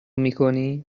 میکنی